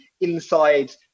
inside